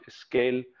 scale